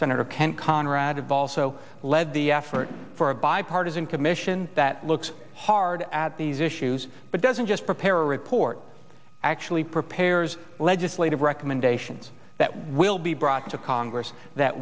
of also led the effort for a bipartisan commission that looks hard at these issues but doesn't just prepare a report actually prepares legislative recommendations that will be brought to congress that